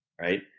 Right